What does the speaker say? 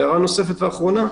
הערה נוספת ואחרונה,